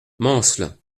mansle